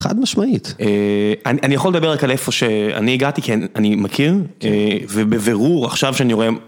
חד משמעית. אה... א-אני יכול לדבר רק על איפה ש...אני הגעתי, כי אני מכיר. אה, ובבירור עכשיו שאני רואה